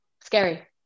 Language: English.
scary